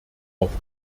auf